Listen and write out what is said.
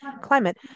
climate